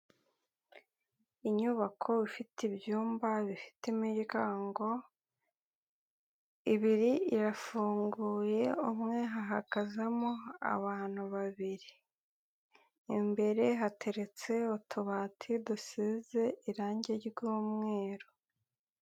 Inyubako ifite ibyumba bifite imiryango. Ibiri irafunguye umwe hakazamo abantu babiri. Imbere hateretse utubati dusize irangi ry'umweru.